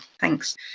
Thanks